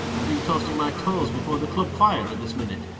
and been toasting my toes before the club fire at this minute,